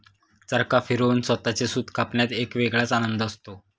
चरखा फिरवून स्वतःचे सूत कापण्यात एक वेगळाच आनंद असतो